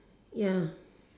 ya